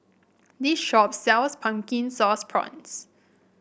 this shop sells Pumpkin Sauce Prawns